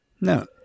No